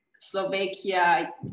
Slovakia